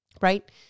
right